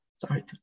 Sorry